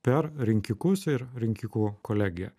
per rinkikus ir rinkikų kolegiją